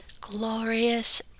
Glorious